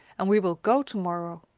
and we will go to-morrow.